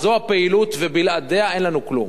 זאת הפעילות ובלעדיה אין לנו כלום.